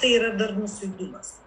tai yra darnus veikimas